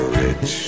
rich